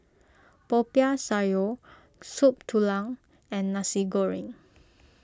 Popiah Sayur Soup Tulang and Nasi Goreng